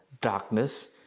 darkness